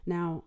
Now